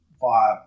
via